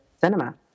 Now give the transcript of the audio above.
cinema